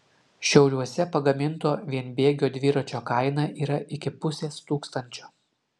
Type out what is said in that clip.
šiauliuose pagaminto vienbėgio dviračio kaina yra iki pusės tūkstančio